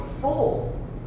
full